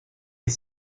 est